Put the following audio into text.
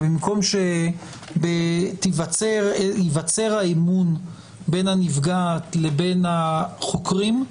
ובמקום שייווצר האמון בין הנפגעת לחוקרים,